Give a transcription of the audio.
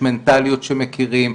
יש מנטליות שמכירים,